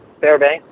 Fairbanks